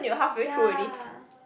ya